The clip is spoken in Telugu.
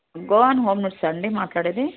గోవాన్ హోమ్స్ నీడ్సా అండి మాట్లాడేది